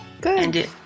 Good